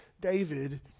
David